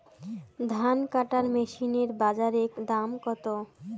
ধান কাটার মেশিন এর বাজারে দাম কতো?